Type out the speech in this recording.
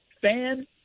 fan